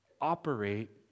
operate